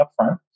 upfront